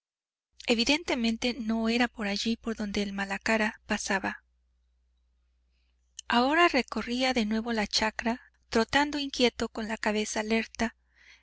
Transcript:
evidentemente no era por allí por donde el malacara pasaba ahora recorría de nuevo la chacra trotando inquieto con la cabeza alerta